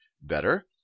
better